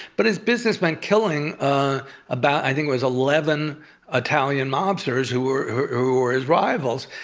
but his business meant killing ah about, i think it was eleven italian mobsters who were who were his rivals,